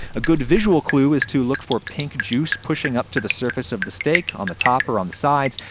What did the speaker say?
a good visual clue is to look for pink juice pushing up to the surface of the steak, on the top or on the sides.